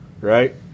Right